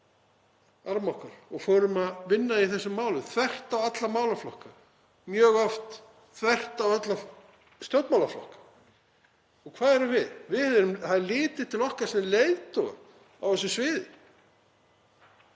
arma okkar og fórum að vinna í þessum málum þvert á alla málaflokka, mjög oft þvert á alla stjórnmálaflokka. Og hvar erum við? Það er litið til okkar sem leiðtoga á þessu sviði